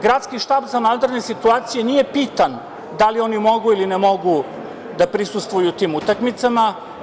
Gradski štab za vanredne situacije nije pitan da li oni mogu ili ne mogu da prisustvuju tim utakmicama.